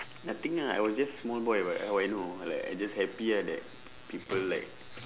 nothing ah I was just small boy [what] how I know like I just happy ah that people like